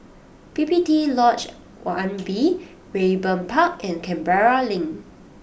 P P T Lodge one B Raeburn Park and Canberra Link